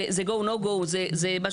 זה "go / no go",